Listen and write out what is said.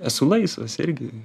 esu laisvas irgi